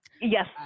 yes